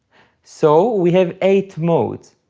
so, we have eight modes.